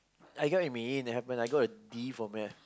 I got what you mean it happened I got a D for maths